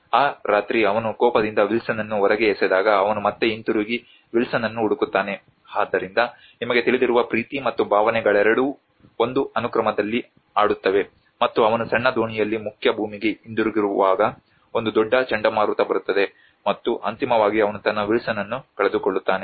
ಆ ರಾತ್ರಿ ಅವನು ಕೋಪದಿಂದ ವಿಲ್ಸನ್ನನ್ನು ಹೊರಗೆ ಎಸೆದಾಗ ಅವನು ಮತ್ತೆ ಹಿಂತಿರುಗಿ ವಿಲ್ಸನ್ನನ್ನು ಹುಡುಕುತ್ತಾನೆ ಆದ್ದರಿಂದ ನಿಮಗೆ ತಿಳಿದಿರುವ ಪ್ರೀತಿ ಮತ್ತು ಭಾವನೆಗಳೆರಡೂ ಒಂದು ಅನುಕ್ರಮದಲ್ಲಿ ಆಡುತ್ತವೆ ಮತ್ತು ಅವನು ಸಣ್ಣ ದೋಣಿಯಲ್ಲಿ ಮುಖ್ಯ ಭೂಮಿಗೆ ಹಿಂದಿರುಗುವಾಗ ಒಂದು ದೊಡ್ಡ ಚಂಡಮಾರುತ ಬರುತ್ತದೆ ಮತ್ತು ಅಂತಿಮವಾಗಿ ಅವನು ತನ್ನ ವಿಲ್ಸನ್ನನ್ನು ಕಳೆದುಕೊಳ್ಳುತ್ತಾನೆ